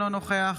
אינו נוכח